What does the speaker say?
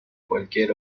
cualquier